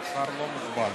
שר לא מוגבל.